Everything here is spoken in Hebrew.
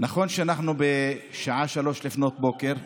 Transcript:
נכון שאנחנו בשעה 03:00,